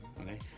Okay